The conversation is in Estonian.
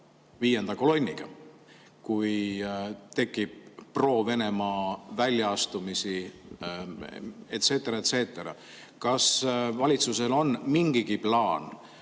viienda kolonniga, kui tekibproVenemaa väljaastumisiet cetera, et cetera. Kas valitsusel on mingigi plaan